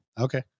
Okay